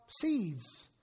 seeds